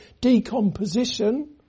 decomposition